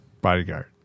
bodyguard